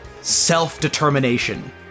self-determination